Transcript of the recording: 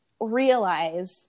realize